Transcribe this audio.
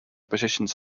positions